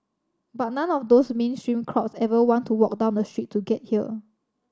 but none of those mainstream crowds ever want to walk down the street to get here